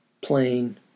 plain